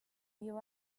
you